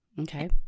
Okay